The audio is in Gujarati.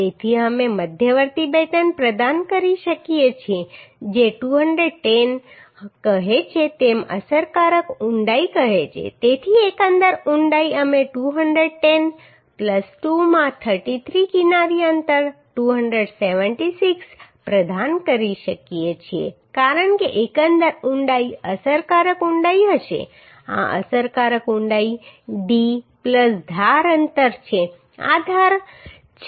તેથી અમે મધ્યવર્તી બેટન પ્રદાન કરી શકીએ છીએ જે 210 કહે છે તેમ અસરકારક ઊંડાઈ કહે છે તેથી એકંદર ઊંડાઈ અમે 210 2 માં 33 કિનારી અંતર 276 પ્રદાન કરી શકીએ છીએ કારણ કે એકંદર ઊંડાઈ અસરકારક ઊંડાઈ હશે આ અસરકારક ઊંડાઈ d ધાર અંતર છે આ ધાર છે